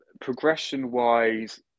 Progression-wise